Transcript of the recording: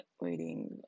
Waiting